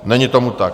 Není tomu tak.